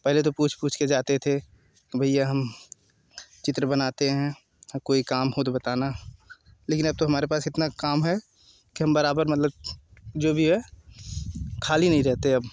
पहले तो पूछ पूछ के जाते थे तो भईया हम चित्र बनाते हैं हम कोई काम हो तो बताना लेकिन अब तो हमारे पास इतना काम है कि हम बराबर मतलब जो भी है खाली नहीं रहते अब